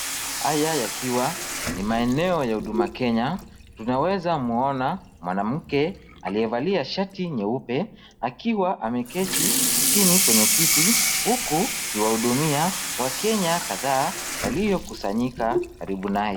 Aya yakiwa ni maeneo ya huduma Kenya, tunaweza muona mwanamke aliyevalia shati nyeupe akiwa ameketi chini kwenye kiti huku kiwahudumia wa Kenya kadhaa walio kusanyika karibu naye.